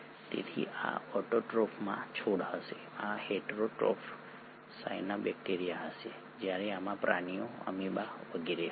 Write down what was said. તેથી આ ઓટોટ્રોફ માં છોડ હશે આ હેટરોટ્રોફ સાયનોબેક્ટેરિયા હશે જ્યારે આમાં પ્રાણીઓ અમીબા વગેરે હશે